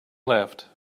left